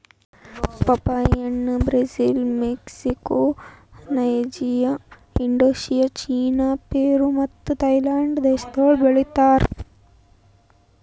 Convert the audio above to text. ಪಪ್ಪಾಯಿ ಹಣ್ಣ್ Brazil, Mexico, Nigeria, Indonesia, China, Peru ಮತ್ತ ಥೈಲ್ಯಾಂಡ್ ದೇಶಗೊಳ್ದಾಗ್ ಬೆಳಿತಾರ್